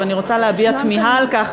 ואני רוצה להביע תמיהה על כך,